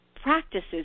Practices